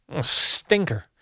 Stinker